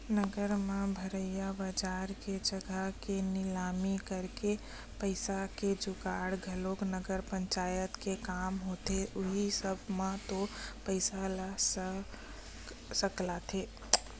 नगर म भरइया बजार के जघा के निलामी करके पइसा के जुटाना घलोक नगर पंचायत के काम होथे उहीं सब म तो पइसा ह सकलाथे